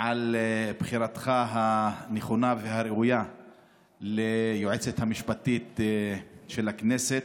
על בחירתך הנכונה והראויה ביועצת המשפטית של הכנסת,